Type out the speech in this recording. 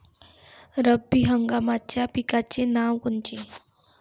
रब्बी हंगामाच्या पिकाचे नावं कोनचे?